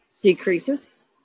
Decreases